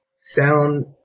Sound